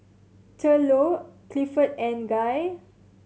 Thurlow Clifford and Guy